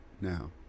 now